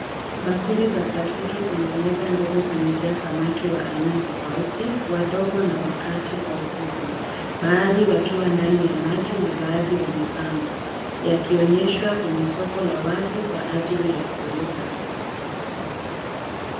Bakuli za plastiki ndogo zimejaa samaki wa aina tofuati wadogo na wa kati kwa ukuubwa baadhi wakiwa ndani maji na baadhi wamepangwa ya kioneshwa kwa soko la wazi kwa ajili ya kuuzwa na kukula.